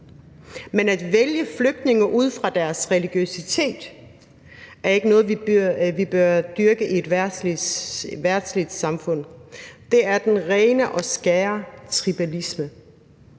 men at vælge flygtninge ud fra deres religiøsitet er ikke noget, vi bør dyrke i et verdsligt samfund. Det er ren og skær tribalisme.